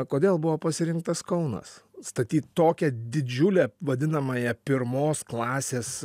kodėl buvo pasirinktas kaunas statyt tokią didžiulę vadinamąją pirmos klasės